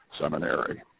Seminary